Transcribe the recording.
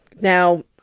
Now